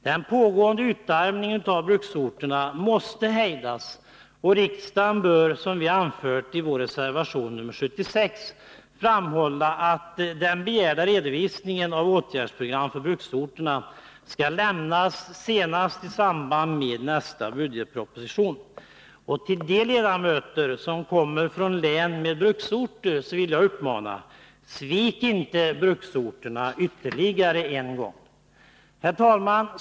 Den pågående utarmningen av bruksorterna måste hejdas och riksdagen bör, som vi anfört i vår reservation nr 76, framhålla, att den begärda redovisningen av åtgärdsprogram för bruksorterna skall lämnas senast i samband med nästa budgetproposition. De ledamöter som kommer från län med bruksorter vill jag uppmana: Svik inte bruksorterna ytterligare en gång! Herr talman!